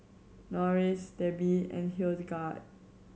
Norris Debbi and Hildegard